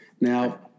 Now